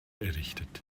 errichtet